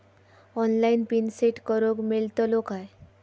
Online PIN set करूक मेलतलो काय?